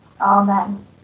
Amen